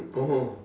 oh